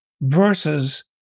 versus